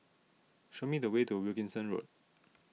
show me the way to Wilkinson Road